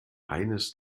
eines